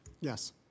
Yes